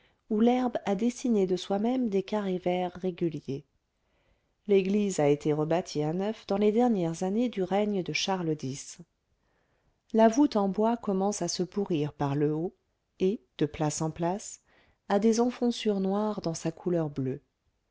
où l'herbe a dessiné de soi-même des carrés verts réguliers l'église a été rebâtie à neuf dans les dernières années du règne de charles x la voûte en bois commence à se pourrir par le haut et de place en place a des enfonçures noires dans sa couleur bleue